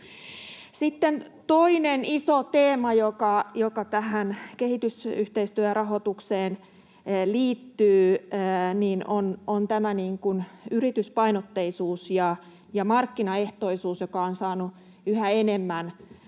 Sitten toinen iso teema, joka tähän kehitysyhteistyörahoitukseen liittyy, on yrityspainotteisuus ja markkinaehtoisuus, joka on saanut yhä enemmän